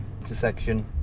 intersection